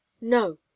no